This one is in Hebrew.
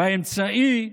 האמצעי,